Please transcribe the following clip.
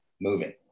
moving